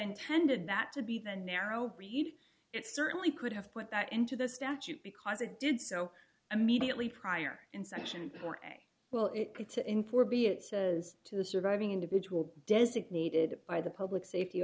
intended that to be the narrow read it certainly could have put that into the statute because it did so immediately prior in section four a well it could to in for be it says to the surviving individual designated by the public safety